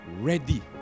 ready